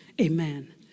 amen